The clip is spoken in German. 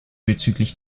bezüglich